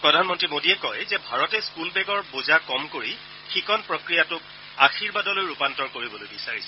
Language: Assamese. প্ৰধানমন্ত্ৰী মোদীয়ে কয় যে ভাৰতে স্থুলবেগৰ বোজা কম কৰি শিকন প্ৰক্ৰিয়াটোক আশীৰ্বাদলৈ ৰূপান্তৰ কৰিবলৈ বিচাৰিছে